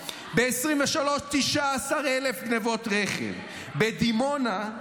ב-2023, 19,000 גנבות רכב, בדימונה,